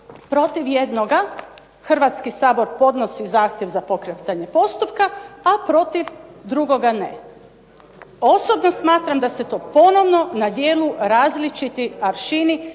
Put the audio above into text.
protiv jednoga Hrvatski sabor podnosi zahtjev za pokretanje postupka, a protiv drugoga ne. Osobno smatram da se to ponovno na djelo različiti aršini